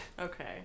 Okay